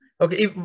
okay